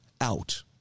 out